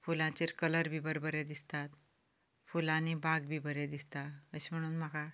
फुलांचे कलर बिलर बरे दिसतात फुलांनी बाग बी बरी दिसता अशें म्हणून म्हाका